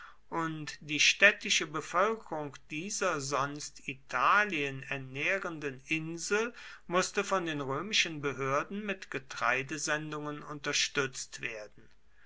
und die städtische bevölkerung dieser sonst italien ernährenden insel mußte von den römischen behörden mit getreidesendungen unterstützt werden